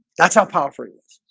that's how powerful is